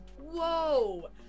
whoa